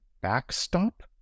backstop